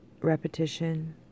repetition